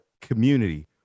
community